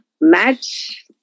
match